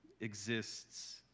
exists